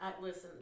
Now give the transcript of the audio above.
Listen